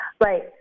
Right